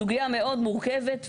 סוגייה מאוד מורכבת,